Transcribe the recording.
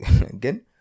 again